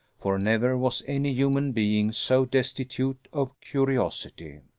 for never was any human being so destitute of curiosity.